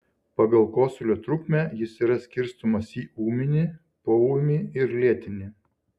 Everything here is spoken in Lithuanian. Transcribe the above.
pagal kosulio trukmę jis yra skirstomas į ūminį poūmį ir lėtinį